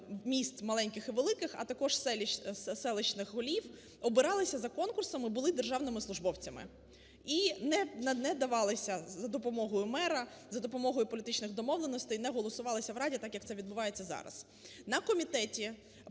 міст великих і маленьких, а також селищних голів обиралися за конкурсами, були державними службовцями і не давалися за допомогою мера, за допомогою політичних домовленостей не голосувалися в Раді, так, як це відбувається зараз.